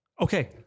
Okay